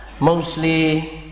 Mostly